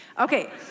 Okay